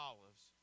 Olives